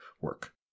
work